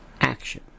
action